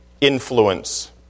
influence